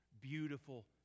beautiful